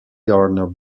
gardner